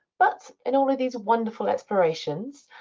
but in all of these wonderful explorations,